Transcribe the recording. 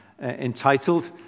entitled